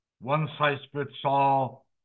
one-size-fits-all